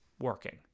working